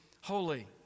holy